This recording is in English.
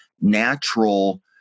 natural